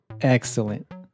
excellent